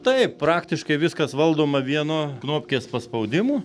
taip praktiškai viskas valdoma vienu knopkės paspaudimu